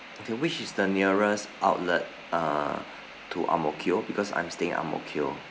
okay which is the nearest outlet uh to ang mo kio because I'm staying in ang mo kio